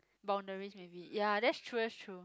boundaries maybe ya that's true that's true